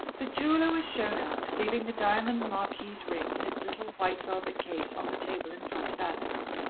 the jeweller was shown out, leaving the diamond marquise ring, in its little white-velvet case, on the table in front of alex.